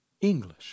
English